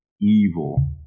evil